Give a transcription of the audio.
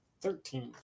Thirteen